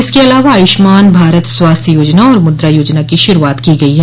इसके अलावा आयुष्मान भारत स्वास्थ्य योजना और मुद्रा योजना की शुरूआत की गई है